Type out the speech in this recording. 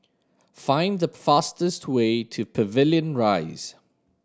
find the fastest way to Pavilion Rise